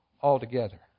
altogether